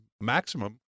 maximum